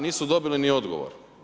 Nisu dobili ni odgovor.